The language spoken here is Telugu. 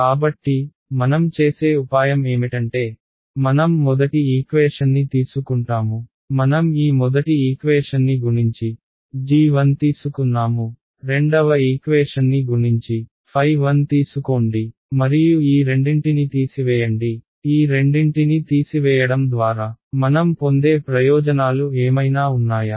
కాబట్టి మనం చేసే ఉపాయం ఏమిటంటే మనం మొదటి ఈక్వేషన్ని తీసుకుంటాము మనం ఈ మొదటి ఈక్వేషన్ని గుణించి g1 తీసుకున్నాము రెండవ ఈక్వేషన్ని గుణించి ɸ1 తీసుకోండి మరియు ఈ రెండింటిని తీసివేయండి ఈ రెండింటిని తీసివేయడం ద్వారా మనం పొందే ప్రయోజనాలు ఏమైనా ఉన్నాయా